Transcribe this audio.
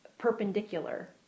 Perpendicular